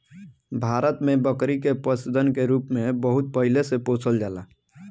भारत में बकरी के पशुधन के रूप में बहुत पहिले से पोसल जाला